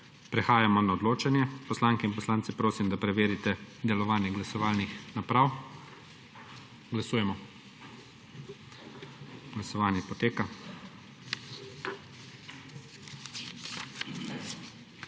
Prehajamo na odločanje. Poslanke in poslance prosim, da preverijo delovanje glasovalnih naprav. Glasujemo. Navzočih